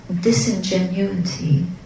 disingenuity